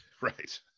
right